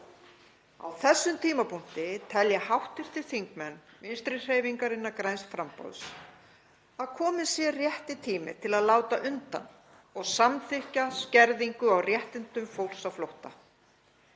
Á þessum tímapunkti telja hv. þingmenn Vinstrihreyfingarinnar – græns framboðs að kominn sé rétti tíminn til að láta undan og samþykkja skerðingu á réttindum fólks á flótta.